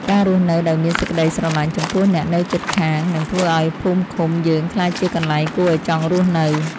ការរស់នៅដោយមានសេចក្តីស្រឡាញ់ចំពោះអ្នកនៅជិតខាងនឹងធ្វើឱ្យភូមិឃុំយើងក្លាយជាកន្លែងគួរឱ្យចង់រស់នៅ។